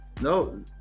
No